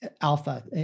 alpha